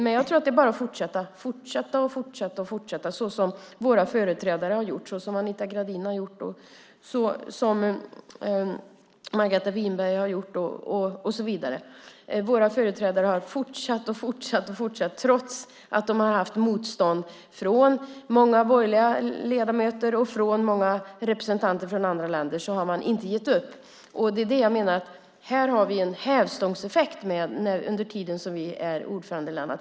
Men jag tror att det bara är att fortsätta och fortsätta så som våra företrädare Anita Gradin och Margareta Winberg och så vidare har gjort. Våra företrädare har fortsatt och fortsatt trots att de har haft motstånd från många borgerliga ledamöter och från många representanter för andra länder. Man har inte gett upp. Det är det jag menar: Här har vi en hävstångseffekt under tiden som vi är ordförandeland.